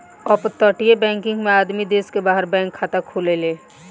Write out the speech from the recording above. अपतटीय बैकिंग में आदमी देश के बाहर बैंक खाता खोलेले